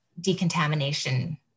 decontamination